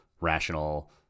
rational